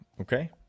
okay